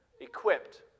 equipped